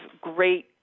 great